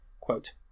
Quote